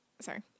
sorry